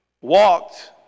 walked